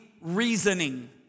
reasoning